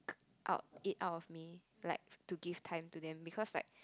out it out of me like to give time to then because like